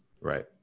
Right